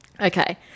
Okay